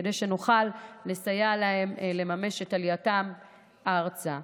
כדי שנוכל לסייע להם לממש את עלייתם ארצה.